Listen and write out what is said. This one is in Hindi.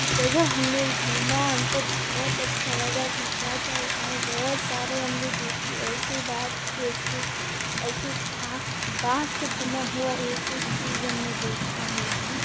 जगह हमने घूमा हमको बहुत अच्छा लगा मैं क्या क्या बताऊँ बहुत सारे हमने देखे ऐसे बात देखे ऐसे बाँस से बुना हुआ एक एक चीज हमने देखा है कि